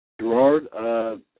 Gerard